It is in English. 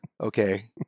okay